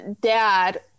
dad